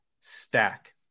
stack